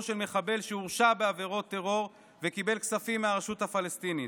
של מחבל שהורשע בעבירות טרור וקיבל כספים מהרשות הפלסטינית,